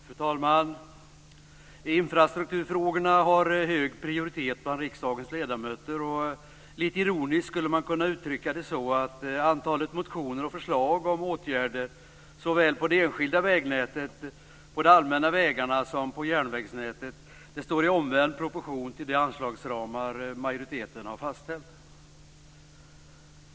Fru talman! Infrastrukturfrågorna har hög prioritet bland riksdagens ledamöter. Lite ironiskt skulle man kunna uttrycka det så att antalet motioner och förslag om åtgärder på såväl det enskilda vägnätet och de allmänna vägarna som järnvägsnätet står i omvänd proportion till de anslagsramar majoriteten har fastställt.